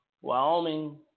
Wyoming